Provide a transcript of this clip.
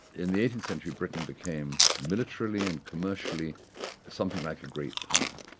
in the eighteenth century britain became militarily and commercially something like a great power,